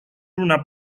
una